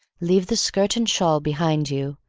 leave the skirt and shawl behind you,